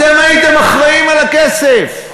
אתם הייתם אחראים לכסף.